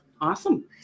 Awesome